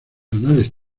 anales